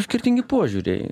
skirtingi požiūriai